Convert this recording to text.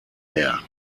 her